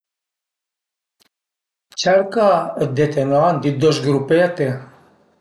Cerca dete n'andi, dëzgrupete